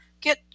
Get